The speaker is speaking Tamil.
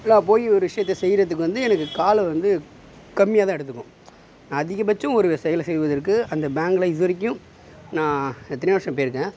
நான் போய் ஒரு விஷயத்த செய்கிறத்துக்கு வந்து எனக்கு காலம் வந்து கம்மியாக தான் எடுத்துக்கும் நான் அதிகபட்சம் ஒரு செயலை செய்வதற்கு அந்த பேங்க்கில் இது வரைக்கும் நான் எத்தனையோ வருஷம் போய்ருக்கேன்